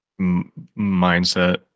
mindset